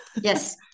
Yes